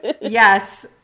yes